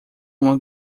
uma